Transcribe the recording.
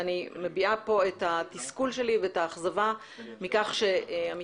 אני מביעה פה את התסכול והאכזבה שלי מכך שעמיתיי